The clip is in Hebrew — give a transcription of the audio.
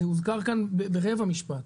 זה הוזכר כאן ברבע משפט,